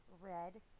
Red